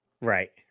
Right